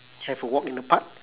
have a walk in the park